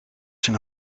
zijn